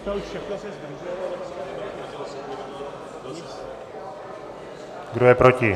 Kdo je proti?